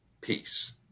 Peace